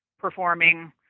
performing